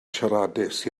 siaradus